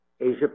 Asia